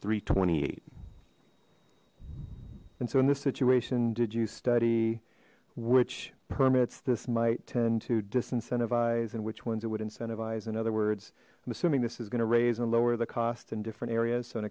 three twenty eight and so in this situation did you study which permits this might tend to disincentivize and which ones it would incentivize in other words i'm assuming this is going to raise and lower the cost in different areas